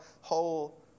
whole